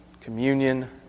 communion